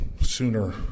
sooner